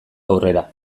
aurrera